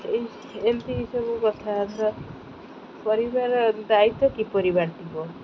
ଏଇ ଏମିତି ସବୁ କଥା ପରିବାର ଦାୟିତ୍ୱ କିପରି ବାଣ୍ଟିବ